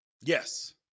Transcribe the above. Yes